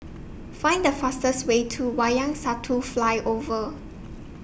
Find The fastest Way to Wayang Satu Flyover